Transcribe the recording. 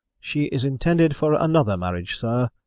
she is intended for another marriage, sir,